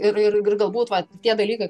ir ir ir galbūt vat tie dalykai